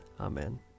Amen